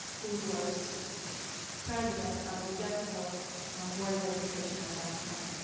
who was president of the jeffco board of education at that time.